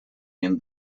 and